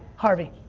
harvey.